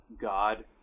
God